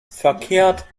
verkehrt